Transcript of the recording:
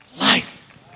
life